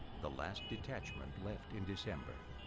the last detachment left in december.